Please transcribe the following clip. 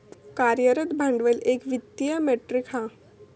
कार्यरत भांडवल एक वित्तीय मेट्रीक हा